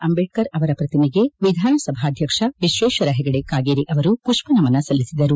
ಅಂಬೇಡ್ಕರ್ ಅವರ ಪ್ರತಿಮೆಗೆ ವಿಧಾನಸಭಾಧ್ಯಕ್ಷ ವಿಶ್ವೇಶ್ವರ ಹೆಗಡೆ ಕಾಗೇರಿ ಅವರು ಪುಷ್ವನಮನ ಸಲ್ಲಿಸಿದರು